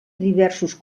diversos